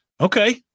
Okay